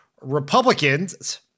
Republicans